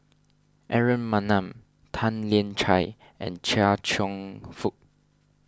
Aaron Maniam Tan Lian Chye and Chia Cheong Fook